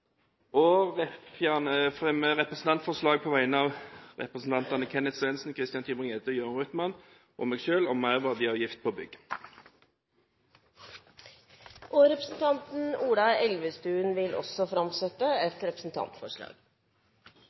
representantforslag på vegne av representantene Kenneth Svendsen, Christian Tybring-Gjedde, Jørund Rytman og meg selv om merverdiavgift på bygg. Representanten Ola Elvestuen vil framsette et representantforslag.